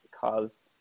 caused